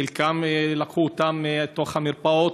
את חלקם לקחו מתוך המרפאות,